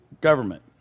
government